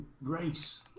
race